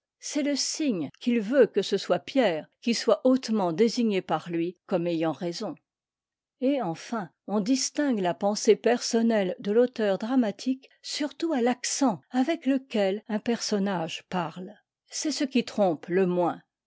c'est le signe qu'il veut que ce soit pierre qui soit hautement désigné par lui comme ayant raison et enfin on distingue la pensée personnelle de l'auteur dramatique surtout à l'accent avec lequel un personnage parle c'est ce qui trompe le moins